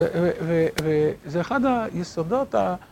וזה אחד היסודות ה...